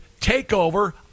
takeover